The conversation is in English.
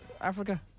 Africa